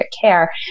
care